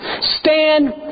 Stand